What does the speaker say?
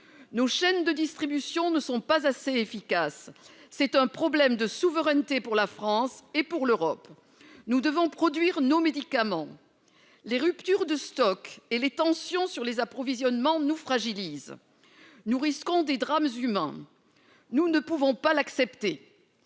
Nos chaînes de distribution ne sont pas assez efficaces. C'est un problème de souveraineté pour la France et pour l'Europe ; nous devons produire nos médicaments. Les ruptures de stock et les tensions sur les approvisionnements nous fragilisent. Nous risquons des drames humains. Nous ne pouvons pas l'accepter.